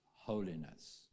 holiness